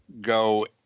go